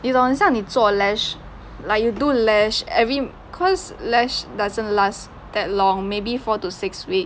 你懂很像你做 lash like you do lash every cause lash doesn't last that long maybe four to six weeks